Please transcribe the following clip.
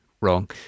wrong